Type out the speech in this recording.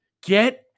get